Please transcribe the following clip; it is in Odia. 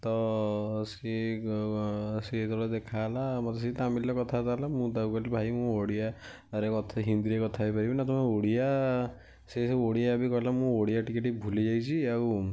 ତ ସିଏ ସିଏ ଯେତେବେଳେ ଦେଖାହେଲା ମୋତେ ସେଇ ତାମିଲରେ କଥାବାର୍ତ୍ତା ହେଲା ମୁଁ ତାକୁ କହିଲି ଭାଇ ମୁଁ ଓଡ଼ିଆ ରେ ହିନ୍ଦୀରେ କଥା ହେଇପାରିବି ତମେ ଓଡ଼ିଆ ସେ ସେ ଓଡ଼ିଆ ବି କହିଲା ମୁଁ ଓଡ଼ିଆ ଟିକେ ଟିକେ ଭୁଲିଯାଇଛି ଆଉ